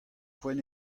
poent